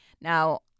Now